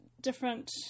different